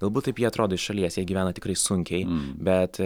galbūt taip ji atrodo iš šalies jie gyvena tikrai sunkiai bet